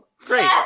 Great